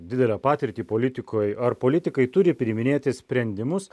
didelę patirtį politikoj ar politikai turi priiminėti sprendimus